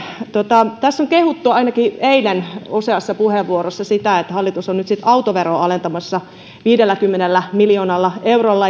kaksituhattayhdeksäntoista tässä on kehuttu ainakin eilen useassa puheenvuorossa sitä että hallitus on nyt autoveroa alentamassa viidelläkymmenellä miljoonalla eurolla